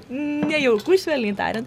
nejauku švelniai tarian